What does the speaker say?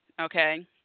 okay